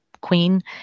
queen